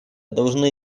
должны